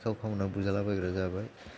सिखाव खावना बुजाला बायग्रा जाबाय